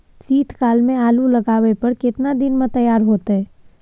शीत काल में आलू लगाबय पर केतना दीन में तैयार होतै?